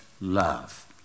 love